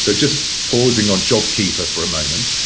so just pausing on jobkeeper for a moment.